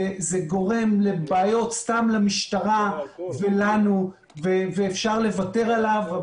זה סתם גורם לבעיות למשטרה ולנו ואפשר לוותר עליו.